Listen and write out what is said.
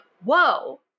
Whoa